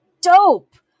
dope